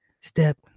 step